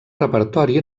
repertori